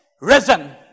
risen